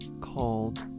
called